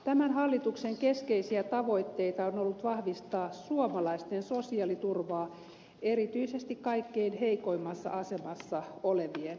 tämän hallituksen keskeisiä tavoitteita on ollut vahvistaa suomalaisten sosiaaliturvaa erityisesti kaikkein heikoimmassa asemassa olevien